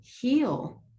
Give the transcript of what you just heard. heal